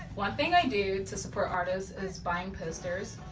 one thing i do to support artists is buying posters.